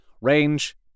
range